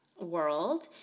world